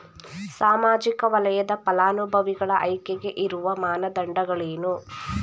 ಸಾಮಾಜಿಕ ವಲಯದ ಫಲಾನುಭವಿಗಳ ಆಯ್ಕೆಗೆ ಇರುವ ಮಾನದಂಡಗಳೇನು?